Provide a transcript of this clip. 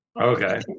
Okay